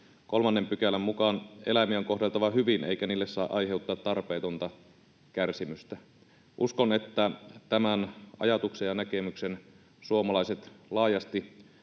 3 §:n mukaan eläimiä on kohdeltava hyvin eikä niille saa aiheuttaa tarpeetonta kärsimystä. Uskon, että tämän ajatuksen ja näkemyksen suomalaiset laajasti